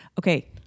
okay